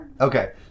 Okay